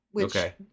Okay